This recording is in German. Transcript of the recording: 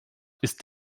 ist